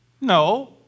no